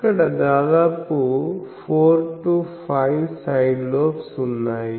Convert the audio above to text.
ఇక్కడ దాదాపుగా 4 5 side lobes ఉన్నాయి